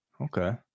Okay